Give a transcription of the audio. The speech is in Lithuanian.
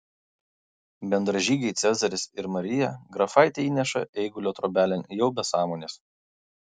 bendražygiai cezaris ir marija grafaitę įneša eigulio trobelėn jau be sąmonės